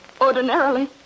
Ordinarily